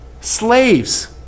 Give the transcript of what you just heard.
slaves